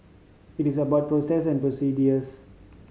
it is about process and procedures